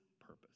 purpose